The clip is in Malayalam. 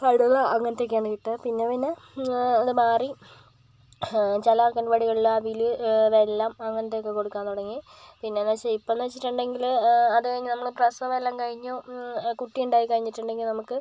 കടല അങ്ങനത്തെ ഒക്കെ ആണ് കിട്ടുക പിന്നെപ്പിന്നെ അത് മാറി ചില അംഗൻവാടികളില് അവില് വെല്ലം അങ്ങനത്തെ ഒക്കെ കൊടുക്കാൻ തുടങ്ങി പിന്നേന്ന് വെച്ചാൽ ഇപ്പഴെന്ന് വെച്ചിട്ടുണ്ടെങ്കില് അത് കഴിഞ്ഞ് നമ്മള് പ്രസവം എല്ലാം കഴിഞ്ഞു കുട്ടി ഉണ്ടായി കഴിഞ്ഞിട്ടുണ്ടെങ്കിൽ നമുക്ക്